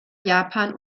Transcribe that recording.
japan